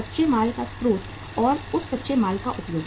कच्चे माल का स्रोत और उस कच्चे माल का उपयोग